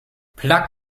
plug